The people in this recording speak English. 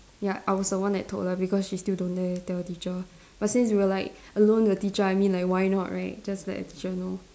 ya I was the one that told lah because she still don't dare tell teacher but since we were like alone with teacher I mean like why not right just let the teacher know